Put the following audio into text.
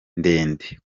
ndende